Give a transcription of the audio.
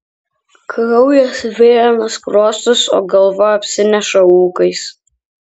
kraujas virina skruostus o galva apsineša ūkais